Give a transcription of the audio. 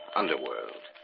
underworld